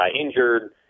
injured